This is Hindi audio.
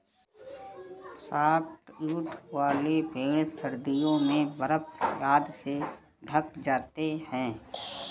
सॉफ्टवुड वाले पेड़ सर्दियों में बर्फ आदि से ढँक जाते हैं